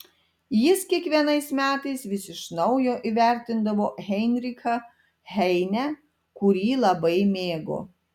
jis kiekvienais metais vis iš naujo įvertindavo heinrichą heinę kurį labai mėgo